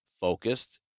focused